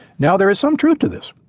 now there is some truth to this.